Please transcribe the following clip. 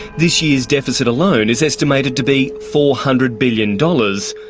this year's deficit alone is estimated to be four hundred billion dollars,